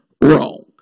wrong